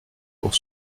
pour